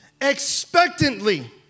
expectantly